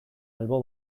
albo